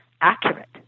accurate